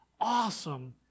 awesome